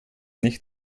nicht